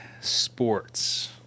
sports